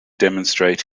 demonstrate